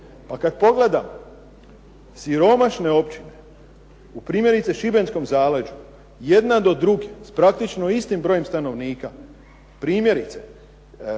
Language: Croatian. Pa kada pogledamo siromašne općine primjerice u Šibenskom zaleđu, jedna do druge s praktički istim brojem stanovnika, primjerice